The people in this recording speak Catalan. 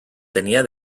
tenia